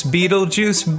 Beetlejuice